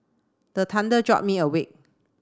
the thunder jolt me awake